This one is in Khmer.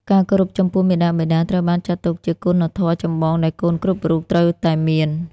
ការគោរពចំពោះមាតាបិតាត្រូវបានចាត់ទុកជាគុណធម៌ចម្បងដែលកូនគ្រប់រូបត្រូវតែមាន។